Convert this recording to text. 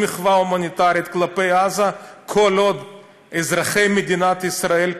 מחווה המוניטרית כלפי עזה כל עוד אזרחי מדינת ישראל,